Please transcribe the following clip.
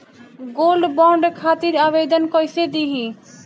Gold bond खातिर आवेदन कैसे दिही?